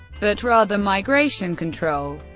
but rather migration control.